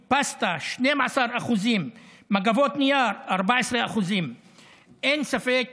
פסטה, 12%, מגבות נייר, 14%. אין ספק